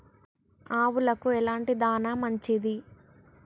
ఆవులకు ఎలాంటి దాణా మంచిది?